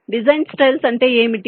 కాబట్టి design styles అంటే ఏమిటి